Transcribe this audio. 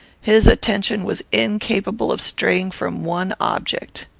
his attention was incapable of straying from one object.